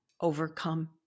Overcome